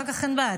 ואחר כך אין בעיה,